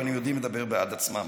אבל הם יודעים לדבר בעד עצמם,